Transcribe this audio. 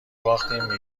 باختیم